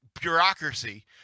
bureaucracy